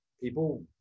people